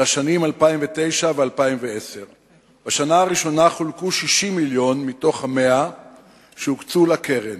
לשנים 2009 2010. בשנה הראשונה חולקו 60 מיליון מתוך ה-100 שהוקצו לקרן.